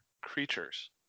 creatures